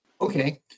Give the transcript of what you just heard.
Okay